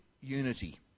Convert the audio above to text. unity